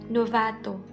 Novato